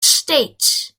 states